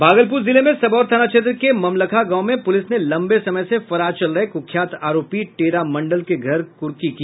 भागलपुर जिले में सबौर थाना क्षेत्र के ममलखा गांव में पुलिस ने लंबे समय से फरार चल रहे कुख्यात आरोपी टेरा मंडल के घर कुर्की की